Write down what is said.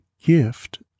gift